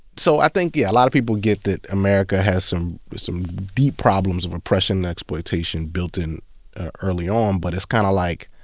so i think, yeah, a lot of people get that america has some some deep problems of oppression and exploitation built in early on. but it's kind of like,